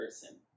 person